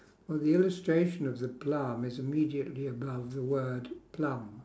well the illustration of the plum is immediately above the word plum